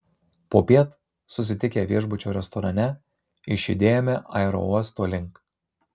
popiet susitikę viešbučio restorane išjudėjome aerouosto link